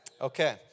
Okay